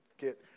get